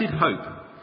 hope